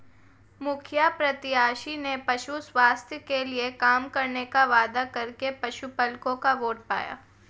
मुखिया प्रत्याशी ने पशु स्वास्थ्य के लिए काम करने का वादा करके पशुपलकों का वोट पाया